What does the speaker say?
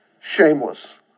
Shameless